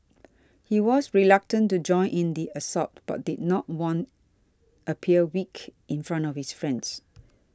he was reluctant to join in the assault but did not want appear weak in front of his friends